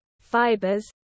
fibers